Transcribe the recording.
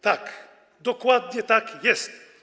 Tak, dokładnie tak jest.